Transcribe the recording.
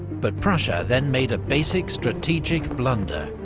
but prussia then made a basic strategic blunder,